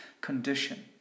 condition